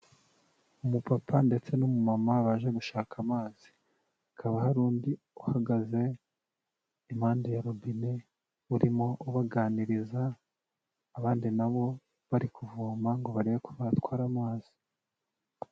Umupapa ndetse n'umumama baje gushaka amazi, hakaba hari undi uhagaze impande ya robine urimo ubaganiriza, abandi na bo bari kuvoma ngo barebe ko batwara amazi.